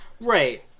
Right